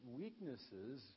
weaknesses